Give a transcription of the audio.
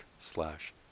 slash